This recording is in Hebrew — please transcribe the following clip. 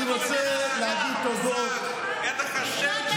אני רוצה להגיד תודות ולפתוח